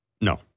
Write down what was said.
No